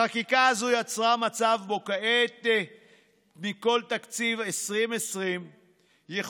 החקיקה הזאת יצרה מצב שבו כעת מכל תקציב 2020 יכולה